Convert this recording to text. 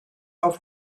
auf